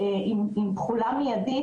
עם תכולה מיידית,